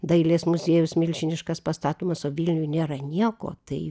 dailės muziejus milžiniškas pastatomas o vilniuj nėra nieko tai